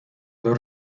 dos